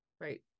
Right